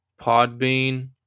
Podbean